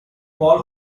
paul